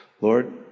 Lord